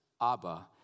Abba